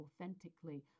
authentically